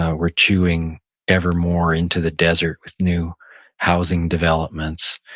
ah we're chewing evermore into the desert with new housing developments,